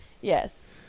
Yes